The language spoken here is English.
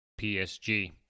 PSG